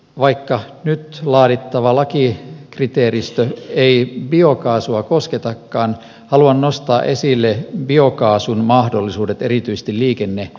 vaikka nyt laadittava lakikriteeristö ei biokaasua kosketakaan haluan nostaa esille biokaasun mahdollisuudet erityisesti liikennekäytössä